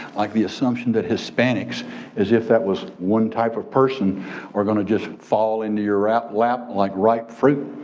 like the assumption that hispanics as if that was one type of person we're gonna just fall into your lap lap like ripe fruit.